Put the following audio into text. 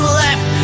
left